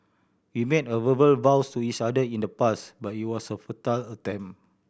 we made verbal vows to each other in the past but it was a futile attempt